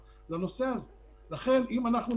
ציפינו, כמו שאמרת